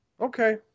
Okay